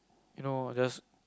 you know just